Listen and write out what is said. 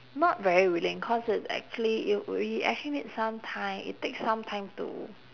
not very willing cause it's actually it we actually need some time it takes some time to